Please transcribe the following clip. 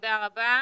תודה רבה.